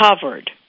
covered